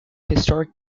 historic